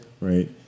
right